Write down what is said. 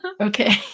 okay